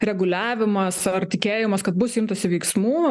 reguliavimas ar tikėjimas kad bus imtasi veiksmų